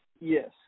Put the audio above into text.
Yes